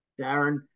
darren